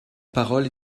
parole